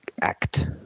act